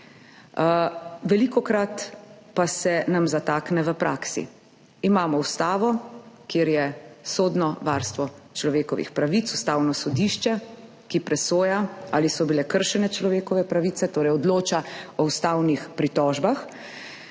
velikokrat pa se nam zatakne v praksi. Imamo ustavo, kjer je sodno varstvo človekovih pravic, Ustavno sodišče, ki presoja, ali so bile kršene človekove pravice, torej odloča o ustavnih pritožbah,